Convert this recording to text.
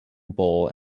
bowl